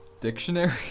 dictionary